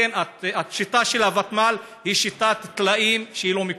השיטה של הוותמ"ל היא שיטת טלאים שלא מקובלת.